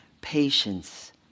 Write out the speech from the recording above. patience